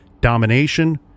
domination